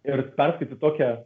ir perskaityt tokią